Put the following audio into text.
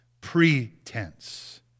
pretense